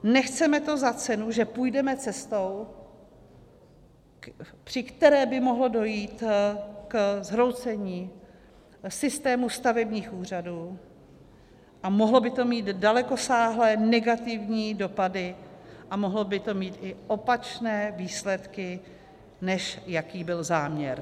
Nechceme to za cenu, že půjdeme cestou, při které by mohlo dojít ke zhroucení systému stavebních úřadů a mohlo by to mít dalekosáhlé negativní dopady a mohlo by to mít i opačné výsledky, než jaký byl záměr.